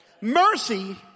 Mercy